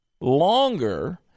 longer